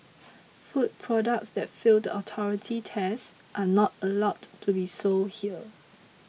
food products that fail the authority tests are not allowed to be sold here